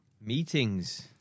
Meetings